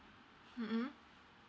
mmhmm